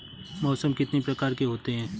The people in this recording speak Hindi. मौसम कितनी प्रकार के होते हैं?